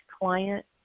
client